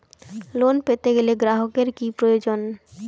Loan পেতে গেলে গ্রাহকের কি প্রয়োজন?